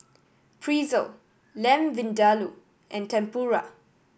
Pretzel Lamb Vindaloo and Tempura